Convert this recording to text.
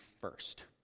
first